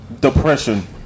Depression